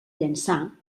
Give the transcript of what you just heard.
llançà